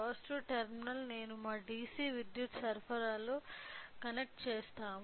positive terminal నేను మా DC విద్యుత్ సరఫరాకు కనెక్ట్ చేస్తాను